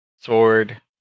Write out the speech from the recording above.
sword